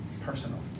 personal